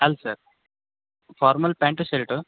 ಅಲ್ಲ sir formal pant shirt